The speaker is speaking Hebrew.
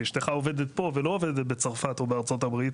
ואשתך עובד פה ולא עובדת בצרפת או בארצות הברית,